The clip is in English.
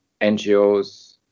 NGOs